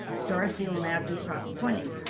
dorothy will now do prop twenty.